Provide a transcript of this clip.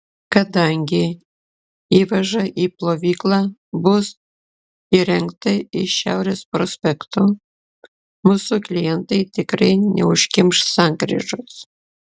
kadangi įvaža į plovyklą bus įrengta iš šiaurės prospekto mūsų klientai tikrai neužkimš sankryžos